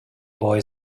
boy